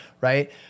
right